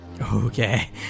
Okay